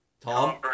Tom